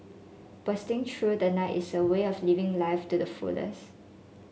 bursting through the night is a way of living life to the fullest